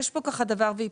יש כאן דבר והיפוכו.